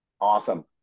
Awesome